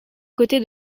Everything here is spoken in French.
côté